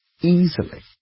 easily